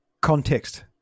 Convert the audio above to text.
Context